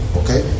okay